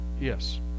Yes